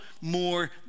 more